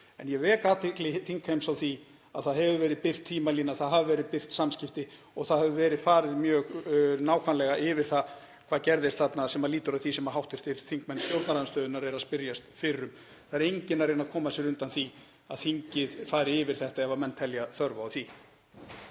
En ég vek athygli þingheims á því að það hefur verið birt tímalína, það hafa verið birt samskipti og það hefur verið farið mjög nákvæmlega yfir það hvað gerðist þarna sem lýtur að því sem hv. þingmenn stjórnarandstöðunnar eru að spyrjast fyrir um. Það er enginn að reyna að koma sér undan því að þingið fari yfir þetta ef menn telja þörf á því.